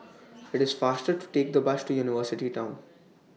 IT IS faster to Take The Bus to University Town